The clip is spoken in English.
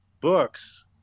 books